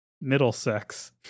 Middlesex